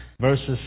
verses